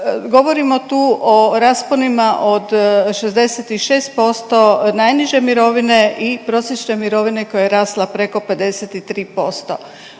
Govorimo tu o rasponima od 66% najniže mirovine i prosječne mirovine koja je rasla preko 53%.